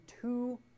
two